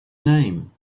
name